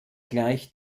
gleich